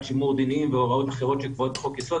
שימור דינים והוראות אחרות שקבועות בחוק-יסוד.